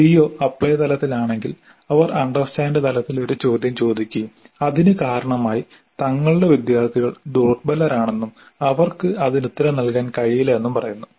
CO apply തലത്തിലാണെങ്കിൽ അവർ understand തലത്തിൽ ഒരു ചോദ്യം ചോദിക്കുകയും അതിനു കാരണമായി തങ്ങളുടെ വിദ്യാർത്ഥികൾ ദുർബലരാണെന്നും അവർക്കു അതിനു ഉത്തരം നല്കാൻ കഴിയില്ല എന്നും പറയുന്നു